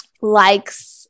likes